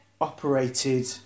operated